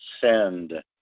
Send